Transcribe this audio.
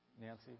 Nancy